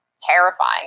terrifying